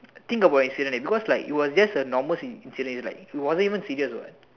think about incident leh because like it was just a normal incident it was like it wasn't even serious what